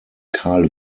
karl